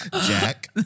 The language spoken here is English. Jack